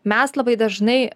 mes labai dažnai